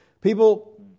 People